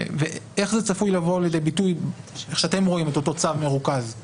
איך זה צפוי לידי ביטוי כפי שאתם רואים את אותו צו מרוכז?